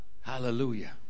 Hallelujah